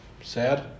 Sad